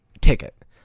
ticket